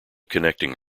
connecting